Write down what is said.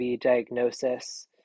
diagnosis